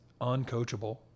uncoachable